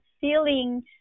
feeling